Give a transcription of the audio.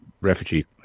refugee